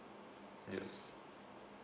yes